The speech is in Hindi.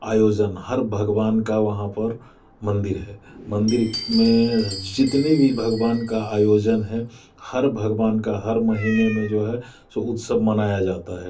आयोजन हर भगवान का वहां पर मंदिर है मंदिर में जितने भी भगवान का आयोजन है हर भगवान का हर महीने में जो है सो उत्सव मनाया जाता है